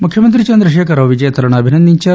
ముఖ్యమంత్రి చంద్రశేఖర్ రావు విజేతలను అభినందించారు